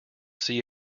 see